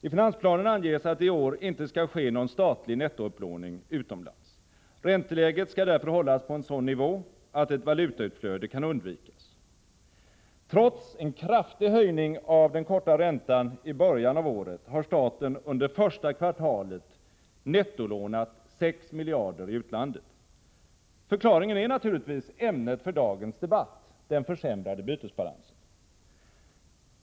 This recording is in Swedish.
I finansplanen anförs att det i år inte skall ske någon statlig nettoupplåning utomlands. Ränteläget skall därför hållas på en sådan nivå att ett valutautflöde kan undvikas. Trots en kraftig höjning av den korta räntan i början av året har dock staten under första kvartalet nettolånat 6 miljarder i utlandet. Förklaringen är naturligtvis ämnet för dagens debatt, den försämrade bytesbalansen.